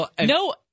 No